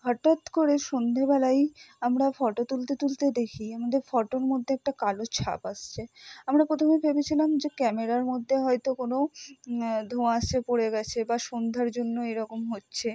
হঠাৎ করে সন্ধ্যেবেলায় আমরা ফটো তুলতে তুলতে দেখি আমাদের ফটোর মধ্যে একটা কালো ছাপ আসছে আমরা প্রথমে ভেবেছিলাম যে ক্যামেরার মধ্যে হয়তো কোনো ধোঁয়াশা পড়ে গেছে বা সন্ধ্যার জন্য এরকম হচ্ছে